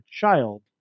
child